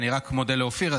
אני מודה לאופיר,